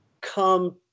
come